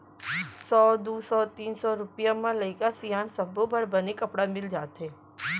सौ, दू सौ, तीन सौ रूपिया म लइका सियान सब्बो बर बने कपड़ा मिल जाथे